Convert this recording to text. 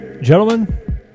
gentlemen